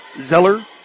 Zeller